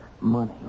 money